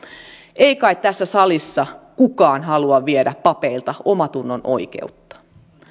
ei kai tässä salissa kukaan halua viedä papeilta omantunnonoikeutta